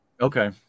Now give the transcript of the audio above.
Okay